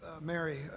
Mary